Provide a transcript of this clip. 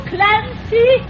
Clancy